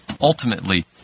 ultimately